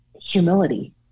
humility